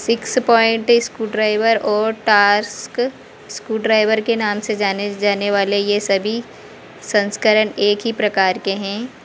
six point screwdriver और टास्क screwdriver के नाम से जाने जाने वाले ये सभी संस्करण एक ही प्रकार के हैं